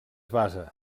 basa